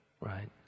right